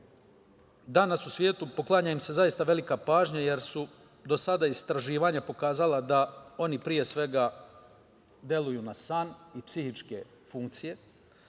danas u svetu poklanja im se zaista velika pažnja, jer su do sada istraživanja pokazala da oni pre svega deluju na san i psihičke funkcije,